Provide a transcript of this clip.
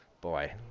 Boy